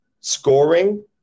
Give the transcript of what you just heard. scoring